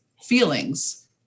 feelings